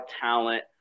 talent